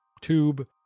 tube